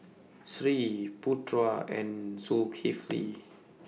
Sri Putra and Zulkifli